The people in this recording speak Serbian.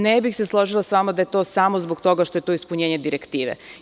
Ne bih se složila sa vama da je to samo zbog toga što je to ispunjenje direktive.